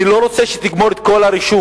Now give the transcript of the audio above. אני לא רוצה שתגמור את כל הרישום,